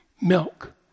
milk